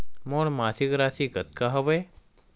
मोर मासिक राशि कतका हवय?